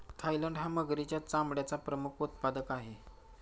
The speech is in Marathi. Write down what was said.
थायलंड हा मगरीच्या चामड्याचा प्रमुख उत्पादक आहे